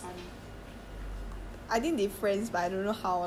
oh 跟你妹妹同班啊